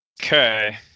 Okay